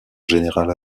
général